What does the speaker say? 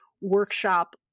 workshop